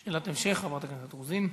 שאלת המשך, חברת הכנסת רוזין?